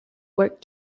work